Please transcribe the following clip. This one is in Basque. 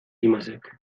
imazek